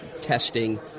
testing